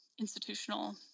institutional